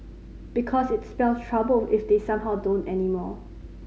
because it spell trouble if they somehow don't anymore